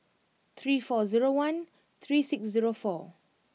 three four zero one three six zero four